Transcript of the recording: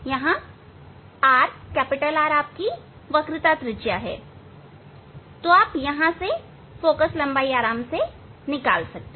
यहां R वक्रता त्रिज्या है इसलिए यहां से आप फोकललंबाई निकाल सकते हैं